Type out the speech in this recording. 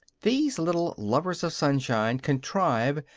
these little lovers of sunshine contrive,